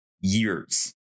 years